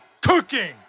cooking